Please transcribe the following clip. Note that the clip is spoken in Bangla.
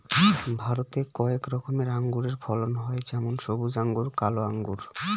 ভারতে কয়েক রকমের আঙুরের ফলন হয় যেমন সবুজ আঙ্গুর, কালো আঙ্গুর